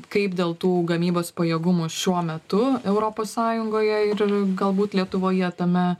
kaip dėl tų gamybos pajėgumų šiuo metu europos sąjungoje ir galbūt lietuvoje tame